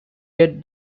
get